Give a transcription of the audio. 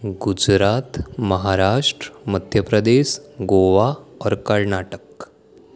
ગુજરાત મહારાષ્ટ્ર મધ્ય પ્રદેશ ગોવા ઓર કર્ણાટક